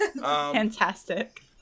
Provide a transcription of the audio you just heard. Fantastic